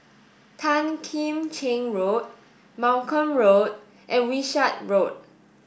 Tan Kim Cheng Road Malcolm Road and Wishart Road